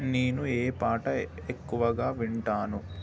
నేను ఏ పాట ఎక్కువగా వింటాను